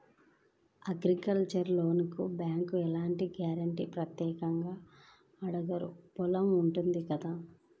agricultural లోనుకి బ్యేంకులు ఎలాంటి గ్యారంటీనీ ప్రత్యేకంగా అడగరు పొలం ఉంటుంది కదా